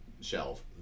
shelf